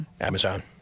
Amazon